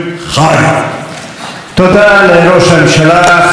תודה לראש הממשלה חבר הכנסת בנימין נתניהו,